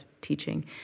teaching